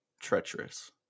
treacherous